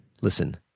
listen